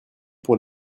pour